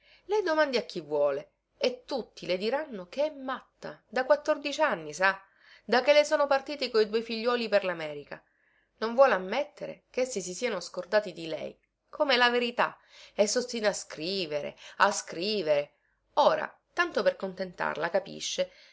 lei domandi a chi vuole e tutti le diranno che è matta da quattordici anni sa da che le sono partiti quei due figliuoli per lamerica non vuole ammettere che essi si siano scordati di lei comè la verità e sostina a scrivere a scrivere ora tanto per contentarla capisce